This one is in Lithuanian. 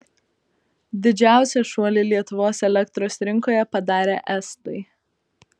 didžiausią šuolį lietuvos elektros rinkoje padarė estai